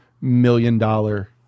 million-dollar